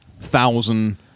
thousand